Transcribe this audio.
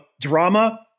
drama